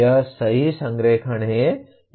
यह सही संरेखण है